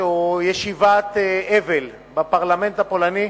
השתתפה בישיבת אבל בפרלמנט הפולני.